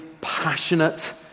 passionate